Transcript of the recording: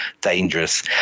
dangerous